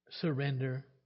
surrender